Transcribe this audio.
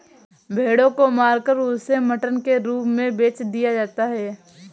भेड़ों को मारकर उसे मटन के रूप में बेच दिया जाता है